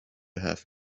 have